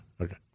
Okay